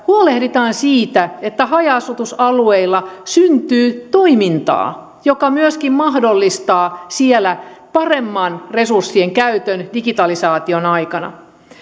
huolehditaan siitä että haja asutusalueilla syntyy toimintaa joka myöskin mahdollistaa siellä paremman resurssien käytön digitalisaation aikana